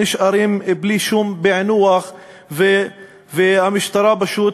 נשארים בלי שום פענוח והמשטרה פשוט